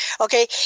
Okay